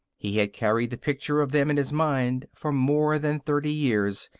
he had carried the picture of them in his mind for more than thirty years,